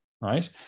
right